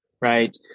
right